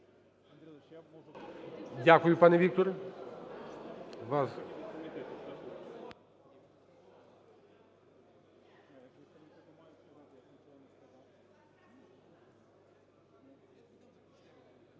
Дякую, пане Вікторе.